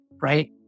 right